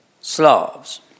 Slavs